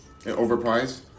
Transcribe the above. overpriced